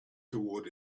toward